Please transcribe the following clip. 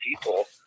people